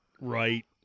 Right